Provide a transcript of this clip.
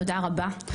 תודה רבה.